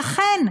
ואכן,